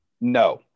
No